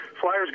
Flyers